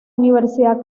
universidad